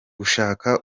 gushaka